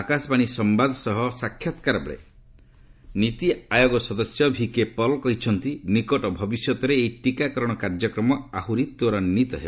ଆକାଶବାଣୀ ସମ୍ଭଦ ସହ ସାକ୍ଷାତକାର ବେଳେ ନୀତି ଆୟୋଗ ସଦସ୍ୟ ଭିକେ ପଲ କହିଛନ୍ତି ନିକଟ ଭବିଷ୍ୟତରେ ଏହି ଟିକାକରଣ କାର୍ଯ୍ୟକ୍ରମ ଆହୁରି ତ୍ୱରାନ୍ଧିତ ହେବ